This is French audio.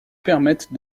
permettent